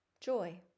joy